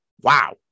Wow